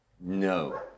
No